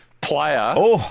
player